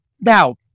Now